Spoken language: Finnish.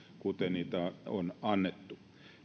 kuten niitä on annettu